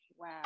wow